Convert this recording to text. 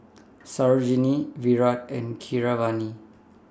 Sarojini Virat and Keeravani